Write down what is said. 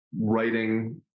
writing